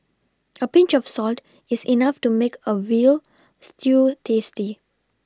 a Pinch of salt is enough to make a veal stew tasty